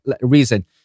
reason